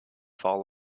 fall